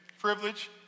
privilege